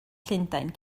llundain